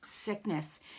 sickness